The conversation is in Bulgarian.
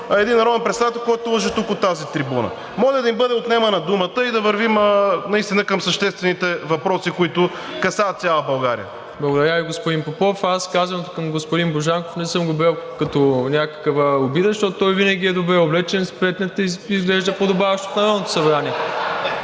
на един народен представител, който лъже тук от тази трибуна. Моля да им бъде отнемана думата и да вървим наистина към съществените въпроси, които касаят цяла България. ПРЕДСЕДАТЕЛ МИРОСЛАВ ИВАНОВ: Благодаря Ви, господин Попов. Аз казаното към господин Божанков не съм го приел като някаква обида, защото той винаги е добре облечен, спретнат и изглежда подобаващо в Народното събрание.